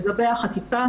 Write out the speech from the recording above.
לגבי החקיקה